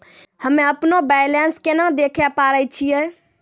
हम्मे अपनो बैलेंस केना देखे पारे छियै?